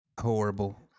Horrible